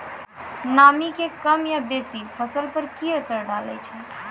नामी के कम या बेसी फसल पर की असर डाले छै?